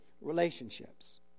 relationships